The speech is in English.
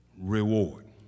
reward